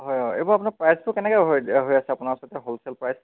হয় হয় এইবোৰ আপোনাৰ প্ৰাইচটো কেনেকৈ হৈ এ হৈ আছে আপোনাৰ ওচৰতে এতিয়া হ'লছেল প্ৰাইচ